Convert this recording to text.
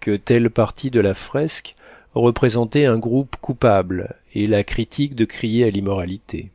que telle partie de la fresque représentait un groupe coupable et la critique de crier à l'immoralité